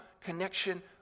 connection